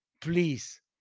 please